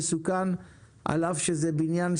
המצב בישראל מחמיר וראינו תופעות קשות של בניינים